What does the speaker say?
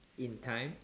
in time